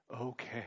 okay